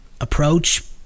approach